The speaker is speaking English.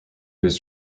was